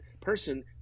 person